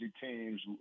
teams